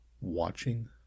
watching